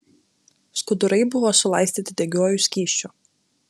skudurai buvo sulaistyti degiuoju skysčiu